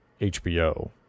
HBO